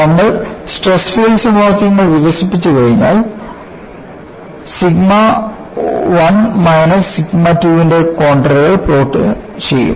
നമ്മൾ stress field സമവാക്യങ്ങൾ വികസിപ്പിച്ചുകഴിഞ്ഞാൽ സിഗ്മ 1 മൈനസ് സിഗ്മ 2 ന്റെ കോൺണ്ടറുകൾ പ്ലോട്ട് ചെയ്യും